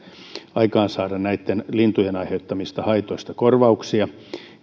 aikaansaada näitten lintujen aiheuttamista haitoista korvauksia